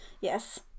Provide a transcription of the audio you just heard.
Yes